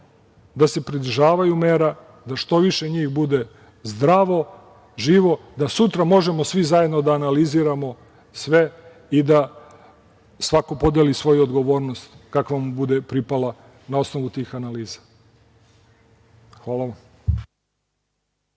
da se pridržavaju mera, da što više njih bude zdravo, živo, da sutra možemo svi zajedno da analiziramo sve i da svako podeli svoju odgovornost, kakva mu bude pripala na osnovu tih analiza. Hvala.